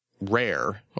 rare